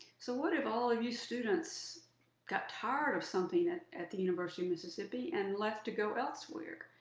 so what if all of you students got tired of something at the university of mississippi and left to go elsewhere.